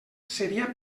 seria